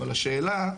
אבל השאלה,